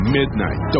midnight